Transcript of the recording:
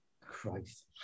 Christ